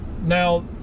now